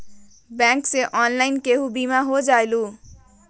Bank से online केहु बिमा हो जाईलु?